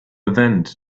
vent